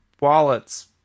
wallets